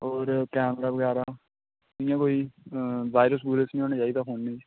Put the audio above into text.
होर कैमरा बगैरा इ'यां कोई वायरस वुयरस निं होना चाहिदा फोनै च